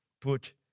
put